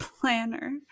planner